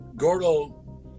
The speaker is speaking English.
Gordo